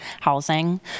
housing